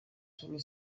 sullo